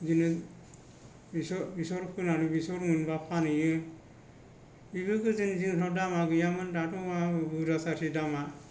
बिदिनो बेसर फोनानै बेसर मोनबा फानहैयो बिदिनो गोदोनि दिनावथ' दामा गैयामोन दा बुरजा थारसै दामा